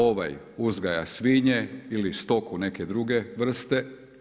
Ovaj uzgaja svinje ili stoku neke druge vrstu.